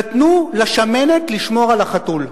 נתנו לשמנת לשמור על החתול.